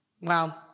Wow